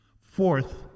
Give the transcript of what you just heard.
Fourth